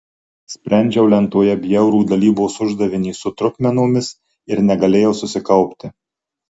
sprendžiau lentoje bjaurų dalybos uždavinį su trupmenomis ir negalėjau susikaupti